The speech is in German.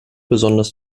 besonders